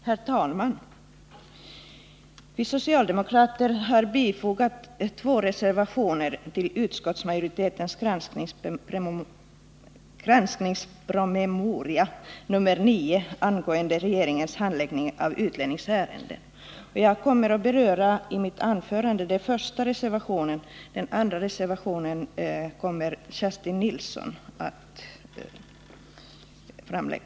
Herr talman! Vi socialdemokrater har fogat två reservationer till utskottsmajoritetens granskningspromemoria nr 9 angående regeringens handläggning av utlänningsärenden. Jag kommer i mitt anförande att beröra den första reservationen. Den andra reservationen kommer Kerstin Nilsson att ta upp.